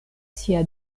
sia